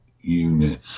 unit